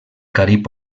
carib